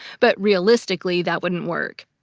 but realistically, that wouldn't work.